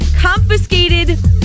confiscated